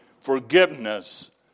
forgiveness